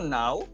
now